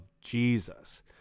Jesus